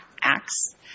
acts